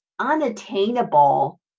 Unattainable